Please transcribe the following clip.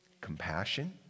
compassion